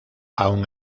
aun